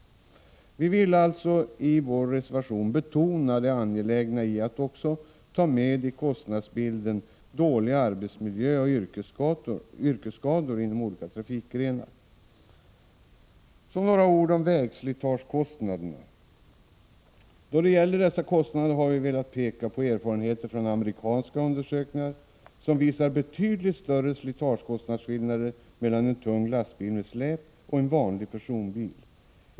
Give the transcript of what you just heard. Vi vill i vår reservation framför allt betona det angelägna i att också i kostnadsbilden ta med dåliga arbetsmiljö och arbetsskador inom de olika trafikgrenarna. Så några ord om vägslitagekostnaderna. Vi har velat peka på erfarenheter från amerikanska undersökningar, som visar betydligt större slitagekostnadsskillnader mellan en tung lastbil med släp och vanlig personbil.